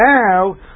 now